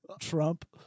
Trump